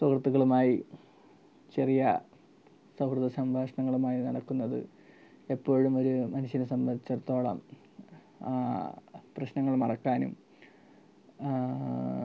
സൗഹൃത്തുക്കളുമായി ചെറിയ സൗഹൃദ സംഭാഷണങ്ങളുമായി നടക്കുന്നത് എപ്പോഴും ഒരു മനുഷ്യനെ സംബന്ധിച്ചിടത്തോളം പ്രശ്നങ്ങൾ മറക്കാനും